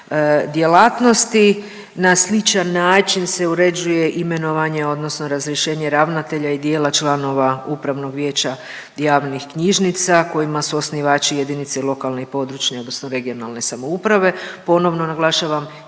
na sličan način se uređuje imenovanje odnosno razrješenje ravnatelja i dijela članova Upravnog vijeća javnih knjižnica kojima su osnivači jedinice lokalne i područne odnosno regionalne samouprave,